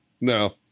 no